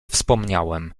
wspomniałem